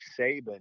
saban